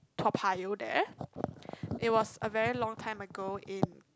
Toa-Payoh there it was a very long time ago in